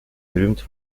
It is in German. berühmt